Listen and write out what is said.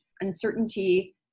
uncertainty